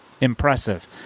Impressive